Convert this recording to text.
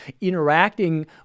interacting